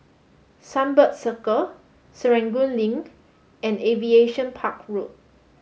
Sunbird Circle Serangoon Link and Aviation Park Road